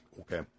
Okay